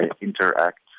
interact